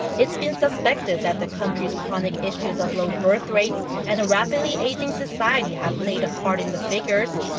it's been suspected that the country's chronic issues of low birthrates and a rapidly aging society have played a part in the figures.